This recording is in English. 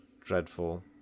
dreadful